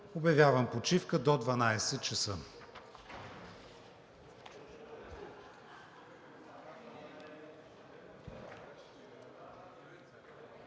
Обявявам почивка до 12,00 ч.